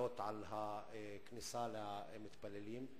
הגבלות על הכניסה למתפללים,